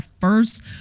first